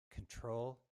control